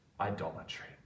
idolatry